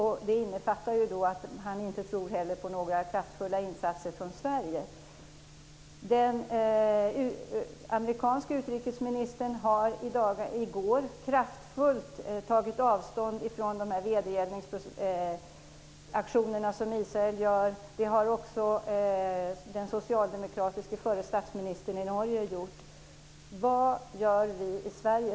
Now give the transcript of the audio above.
Det innefattar att han inte heller tror på några kraftfulla insatser från Den amerikanske utrikesministern tog i går kraftfullt avstånd från Israels vedergällningsaktioner. Det har också den förre socialdemokratiske statsministern i Norge gjort. Vad gör vi i Sverige?